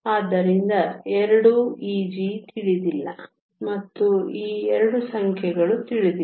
ಆದ್ದರಿಂದ ಎರಡೂ Eg ತಿಳಿದಿಲ್ಲ ಮತ್ತು ಈ 2 ಸಂಖ್ಯೆಗಳು ತಿಳಿದಿಲ್ಲ